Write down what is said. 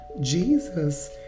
jesus